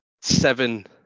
seven